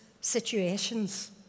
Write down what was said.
situations